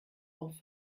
auf